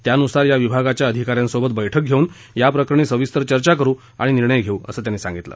त्यानुसार या विभागाच्या अधिकाऱ्यांसोबत बैठक घेऊन याप्रकरणी सविस्तर चर्चा करू आणि निर्णय घेऊ असं त्यांनी सांगितलं